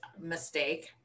mistake